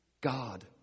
God